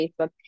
Facebook